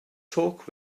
talk